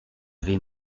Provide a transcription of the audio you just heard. vais